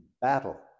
battle